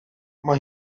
mae